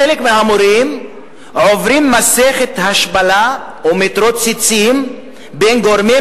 חלק מהמורים עוברים מסכת השפלה ומתרוצצים בין גורמי